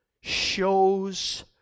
shows